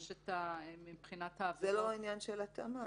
יש מבחינת העבירות -- זה לא עניין של התאמה.